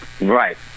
right